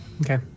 okay